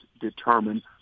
determine